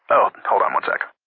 oh hold on one sec,